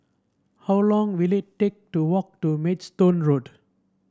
how long will it take to walk to Maidstone Road